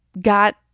got